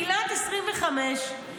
תחילת 2025,